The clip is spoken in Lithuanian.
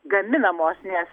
gaminamos nes